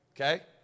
Okay